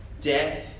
death